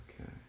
okay